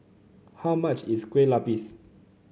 how much is Kueh Lupis